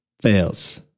Fails